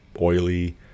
oily